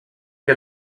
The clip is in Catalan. que